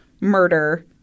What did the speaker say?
murder